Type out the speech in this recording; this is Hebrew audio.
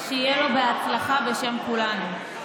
שיהיה לו בהצלחה, בשם כולנו.